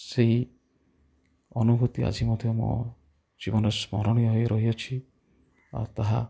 ସେହି ଅନୁଭୂତି ଆଜି ମଧ୍ୟ ମୋ ଜୀବନରେ ସ୍ମରଣୀୟ ହୋଇ ରହିଅଛି ଆଉ ତାହା